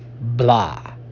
Blah